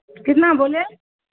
कितना बोले